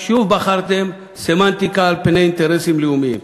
שוב בחרתם סמנטיקה על פני אינטרסים לאומיים.